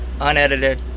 unedited